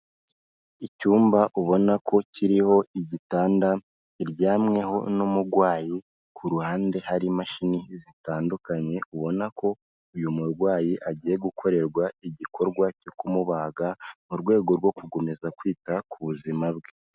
Icyumba ubona ko kiriho igitanda kiryamweho n'umurwayi, ku ruhande hari imashini zitandukanye, ubona ko uyu murwayi agiye gukorerwa igikorwa cyo kumubaga, mu rwego rwo gukomeza kwita ku buzima bwe.